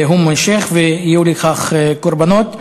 הוא יימשך ויהיו לכך קורבנות.